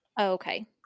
Okay